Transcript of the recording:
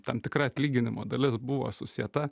tam tikra atlyginimo dalis buvo susieta